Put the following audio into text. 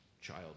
child